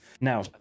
Now